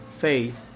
faith